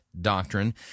doctrine